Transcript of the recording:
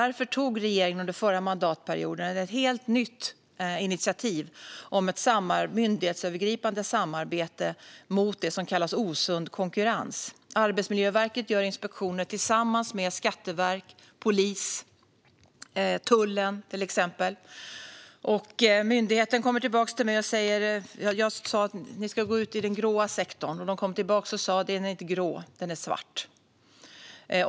Därför tog regeringen under den förra mandatperioden ett helt nytt initiativ om ett myndighetsövergripande samarbete mot det som kallas osund konkurrens. Arbetsmiljöverket gör inspektioner tillsammans med Skatteverket, polisen och tullen. Jag sa till myndigheten att de ska gå ut i den grå sektorn, och de sa till mig att den inte är grå utan svart.